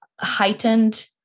heightened